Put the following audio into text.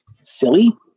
silly